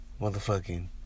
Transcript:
motherfucking